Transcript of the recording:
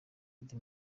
ati